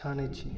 छानै छी